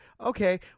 okay